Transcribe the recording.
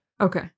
okay